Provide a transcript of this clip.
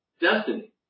Destiny